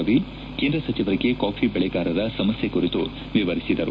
ರವಿ ಕೇಂದ್ರ ಸಚಿವರಿಗೆ ಕಾಫಿ ಬೆಳೆಗಾರರ ಸಮಸ್ಲೆ ಕುರಿತು ವಿವರಿಸಿದರು